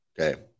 okay